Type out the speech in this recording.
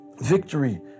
victory